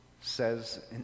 says